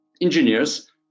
engineers